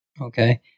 Okay